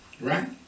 Right